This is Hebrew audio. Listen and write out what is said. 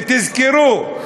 ותזכרו,